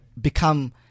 become